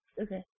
Okay